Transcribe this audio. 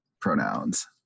pronouns